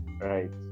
right